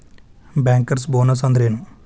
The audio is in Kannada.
ಬ್ಯಾಂಕರ್ಸ್ ಬೊನಸ್ ಅಂದ್ರೇನು?